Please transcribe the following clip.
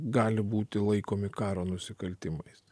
gali būti laikomi karo nusikaltimais